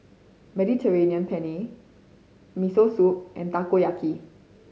Mediterranean Penne Miso Soup and Takoyaki